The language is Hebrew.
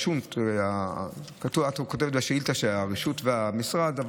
את כותבת בשאילתה שהרשות והמשרד,